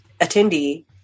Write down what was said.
attendee